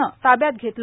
ने ताब्यात घेतले